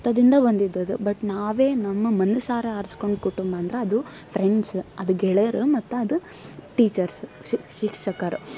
ರಕ್ತದಿಂದ ಬಂದಿದ್ದು ಅದು ಬಟ್ ನಾವೇ ನಮ್ಮ ಮನಸಾರೆ ಆರ್ಸ್ಕೊಂಡು ಕುಟುಂಬ ಅಂದ್ರೆ ಅದು ಫ್ರೆಂಡ್ಸ್ ಅದು ಗೆಳೆಯರು ಮತ್ತದು ಟೀಚರ್ಸ್ ಶಿಕ್ಷಕರ